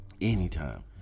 anytime